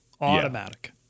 Automatic